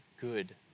good